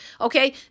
Okay